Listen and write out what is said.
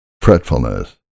fretfulness